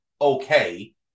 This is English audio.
okay